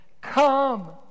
Come